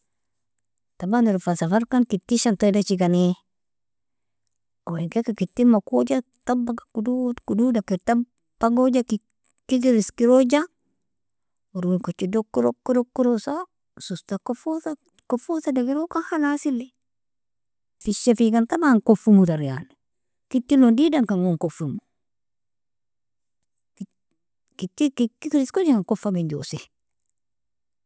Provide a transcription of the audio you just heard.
Taban eron fa safarkan kit shanta edjikani, awalinkelka kitin makuja tabaga kodod kododaker tabagoja kikiker iskeroja wayarwin kojido oker, oker, oker okerosa sosta kofosa dageroka khalsili fisha fikan taban kofimo tar yani, ketlon digdankangon kofimo keti kiti kikiker iskeroja kofa minjosi.